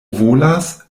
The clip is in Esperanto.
volas